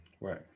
Right